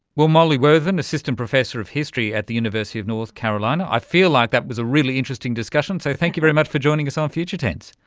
well, molly worthen, assistant professor of history at the university of north carolina, i feel like that was a really interesting discussion, so thank you very much for joining us on future tense.